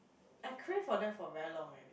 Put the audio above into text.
I crave for that for very long eh